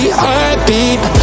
heartbeat